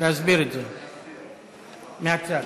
מהצד.